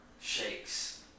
shakes